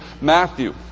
Matthew